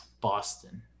boston